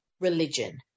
religion